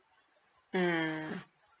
mm